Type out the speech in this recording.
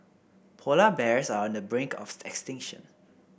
polar bears are on the brink of extinction